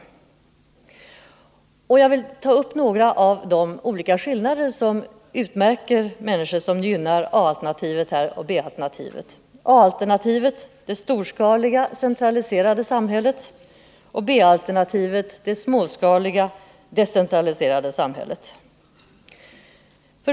Jag vill ta upp några av de skillnader som då uppträder. A-alternativet, det storskaliga, centraliserade samhället står mot B-alternativet, det småskaliga, decentraliserade samhället. 1.